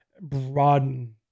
broaden